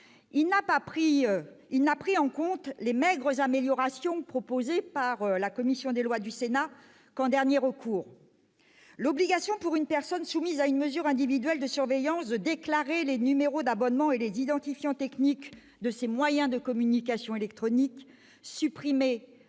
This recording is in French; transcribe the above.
il n'a pris en compte les maigres améliorations proposées par la commission des lois du Sénat qu'en dernier recours. L'obligation pour une personne soumise à une mesure individuelle de surveillance de déclarer les numéros d'abonnement et les identifiants techniques de ses moyens de communication électronique, que